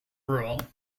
rule